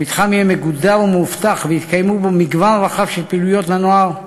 המתחם יהיה מגודר ומאובטח ויתקיים בו מגוון רחב של פעילויות לנוער,